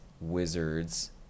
wizards